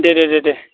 दे दे दे